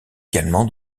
également